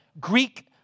Greek